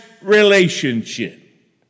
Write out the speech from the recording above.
relationship